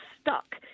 stuck